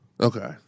Okay